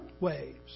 waves